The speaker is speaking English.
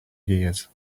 years